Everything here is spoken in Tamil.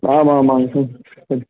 ஆமாம் ஆமாங்க ம்